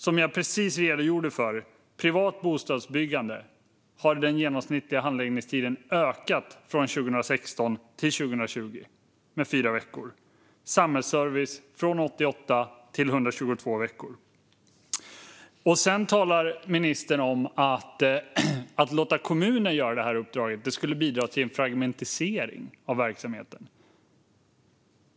Som jag precis redogjorde för har den genomsnittliga handläggningstiden för privat bostadsbyggande ökat med fyra veckor från 2016 till 2020 och för samhällsservice från 88 till 122 veckor. Sedan talar ministern om att det skulle bidra till en fragmentisering av verksamheten att låta kommunen utföra det här uppdraget.